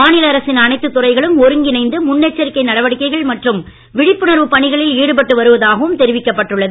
மாநில அரசின் அனைத்து துறைகளும் ஒருங்கிணைந்து முன் எச்சரிக்கை நடவடிக்கைகள் மற்றும் விழிப்புணர்வு பணிகளில் ஈடுபட்டு வருவதாகவும் தெரிவிக்கப்பட்டுள்ளது